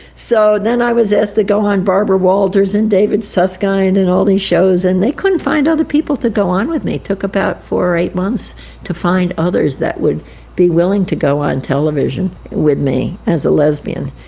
so then i was asked to go on barbara walters and david susskind and and all these shows, and they couldn't find other people to go on with me, it took about four or eight months to find others that would be willing to go on television with me as a lesbian.